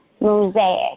mosaic